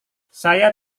saya